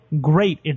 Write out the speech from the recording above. great